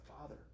Father